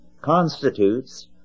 constitutes